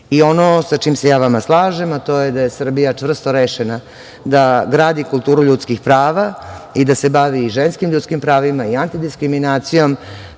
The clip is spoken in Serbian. I ono sa čime sa ja slažem, a to je da je Srbija čvrsto rešena da gradi kulturu ljudskih prava i da se bavi ženskim ljudskim pravima i antidiskriminacijom,